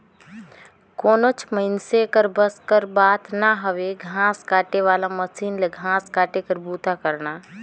कोनोच मइनसे कर बस कर बात ना हवे घांस काटे वाला मसीन ले घांस काटे कर बूता करना